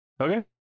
Okay